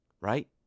right